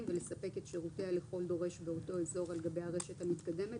ולספק את שירותיה לכל דורש באותו אזור על גבי הרשת המתקדמת,